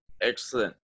excellent